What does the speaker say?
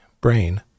brain